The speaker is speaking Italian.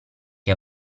che